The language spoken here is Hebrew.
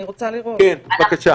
בבקשה.